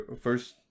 first